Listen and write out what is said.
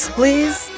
please